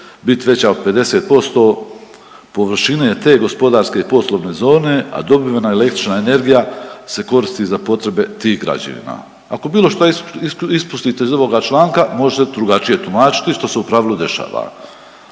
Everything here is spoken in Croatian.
bit veća od 50% površine te gospodarske i poslovne zone, a dobivena električna energija se koristi za potrebe tih građevina. Ako bilo šta ispustite iz ovoga članka može se drugačije tumačiti, što se u pravilu dešava.